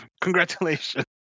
Congratulations